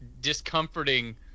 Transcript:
discomforting